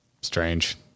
strange